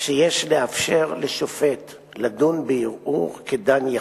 שיש לאפשר לשופט לדון בערעור כדן יחיד,